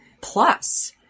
plus